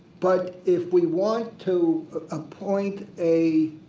but if we want to appoint a